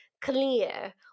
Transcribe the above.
clear